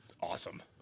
Awesome